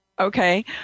Okay